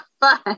fun